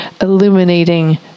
illuminating